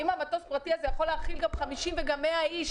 ואם המטוס הפרטי יכול להכיל גם 50 ו-100 איש,